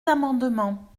amendements